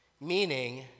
meaning